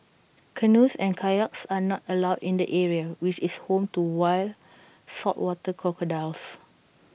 canoes and kayaks are not allowed in the area which is home to wild saltwater crocodiles